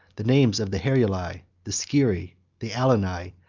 the names of the heruli, the scyrri, the alani,